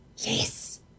Yes